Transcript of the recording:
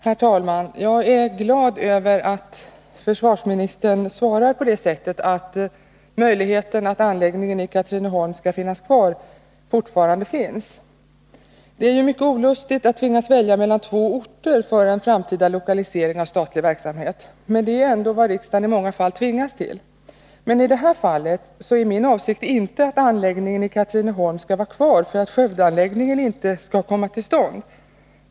Herr talman! Jag är glad över att försvarsministern svarar på det sättet — att möjligheten att anläggningen i Katrineholm bibehålls fortfarande finns. Det är ju mycket olustigt att tvingas välja mellan två orter för en framtida lokalisering av statlig verksamhet, men det är ändå vad riksdagen i många fall tvingas till. I det här fallet är emellertid min avsikt inte att anläggningen i Katrineholm skall vara kvar för att Skövdeanläggningen inte skall komma till stånd.